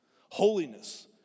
Holiness